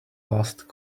last